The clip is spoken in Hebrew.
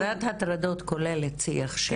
הגדרת הטרדות כוללת שיח.